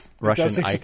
Russian